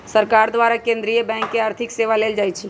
सरकार द्वारा केंद्रीय बैंक से आर्थिक सेवा लेल जाइ छइ